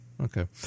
Okay